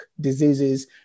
diseases